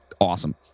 awesome